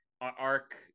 arc